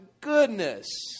goodness